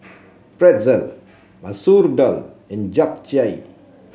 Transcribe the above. Pretzel Masoor Dal and Japchae